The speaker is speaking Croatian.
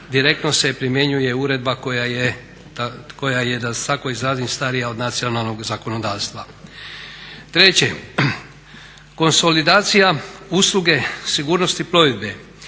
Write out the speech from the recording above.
direktno se primjenjuje uredba koja je da se tako izrazim starija od nacionalnog zakonodavstva. Treće, konsolidacija usluge sigurnosti plovidbe